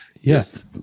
yes